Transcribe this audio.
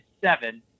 seven